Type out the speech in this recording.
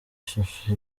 shusho